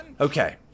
Okay